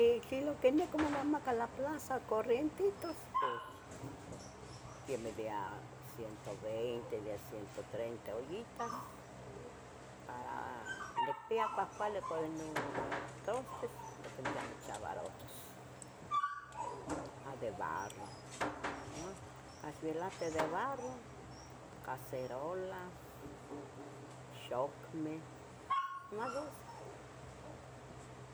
Y tlen nican monamaca la plaza, corrientitos, pos quemeh de a ciento veinte, de ciento treinta ollitas, para nicpia cuahcuali cuali no trostes niquimpia nochavarotos, a de barro ua, casvielahte de barro, cacerolas, xucmeh, nomas de ese